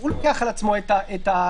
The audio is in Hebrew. הוא לוקח על עצמו את האחריות.